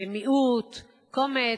מיעוט, קומץ.